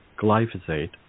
glyphosate